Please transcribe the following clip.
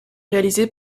réalisé